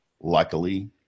Luckily